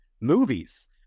movies